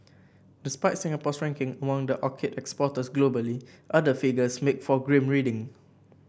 despite Singapore's ranking among the orchid exporters globally other figures make for grim reading